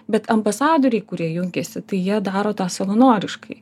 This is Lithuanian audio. bet ambasadoriai kurie jungiasi tai jie daro tą savanoriškai